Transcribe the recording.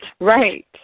Right